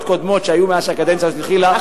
קודמות שהיו מאז שהקדנציה הזאת התחילה,